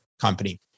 company